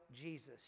Jesus